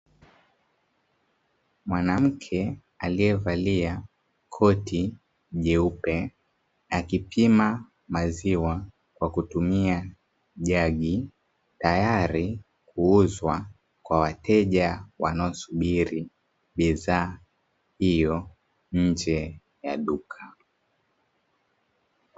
Mwanamke aliyevalia koti jeupe akipima maziwa kwa kutumia jagi, tayari kuuzwa kwa wateja wanaosubiri bidhaa hiyo nje ya duka.